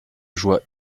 joie